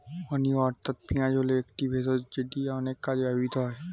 onion অর্থাৎ পেঁয়াজ হল একটি ভেষজ যেটি অনেক কাজে ব্যবহৃত হয়